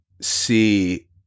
see